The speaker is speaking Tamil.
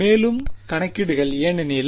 மேலும் கணக்கீடுகள் ஏனெனில்